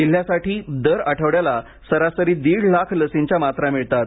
जिल्ह्यासाठी दर आठवड्याला सरासरी दीड लाख लसींच्या मात्रा मिळतात